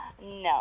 No